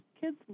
kids